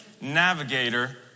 navigator